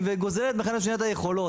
וגוזלת אחת מהשנייה את היכולות,